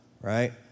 right